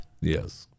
Yes